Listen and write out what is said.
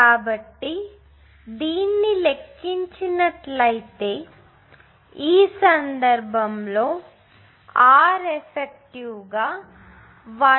కాబట్టి మీరు దీన్ని లెక్కించినట్లయితే ఈ సందర్భంలో R ఎఫెక్టివ్ గా 1